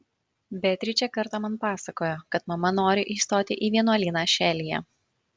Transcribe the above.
beatričė kartą man pasakojo kad mama nori įstoti į vienuolyną šelyje